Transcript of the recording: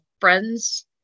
friend's